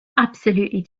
absolutely